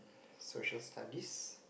Social Studies